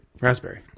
Raspberry